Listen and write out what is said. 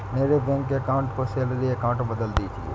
मेरे bank account को salary account में बदल दीजिए